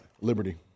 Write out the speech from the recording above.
Liberty